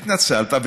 התנצלת,